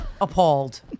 appalled